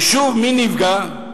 ושוב מי נפגע?